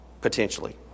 potentially